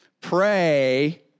Pray